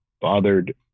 bothered